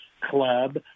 Club